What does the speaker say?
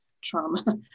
trauma